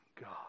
God